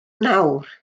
nawr